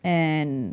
and